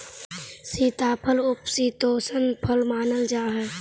सीताफल उपशीतोष्ण फल मानल जा हाई